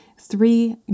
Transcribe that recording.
three